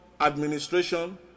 administration